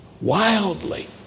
wildly